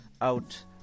Out